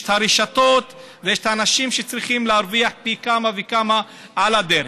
יש את הרשתות ויש את האנשים שצריכים להרוויח פי כמה וכמה על הדרך.